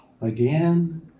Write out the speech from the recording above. again